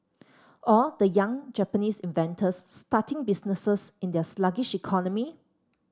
or the young Japanese inventors starting businesses in their sluggish economy